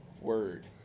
word